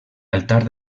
altar